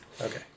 Okay